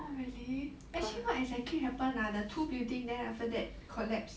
oh really actually what exactly happened ah the two building then after that collapse